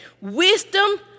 Wisdom